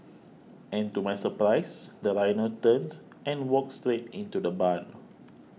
and to my surprise the rhino turned and walked straight into the barn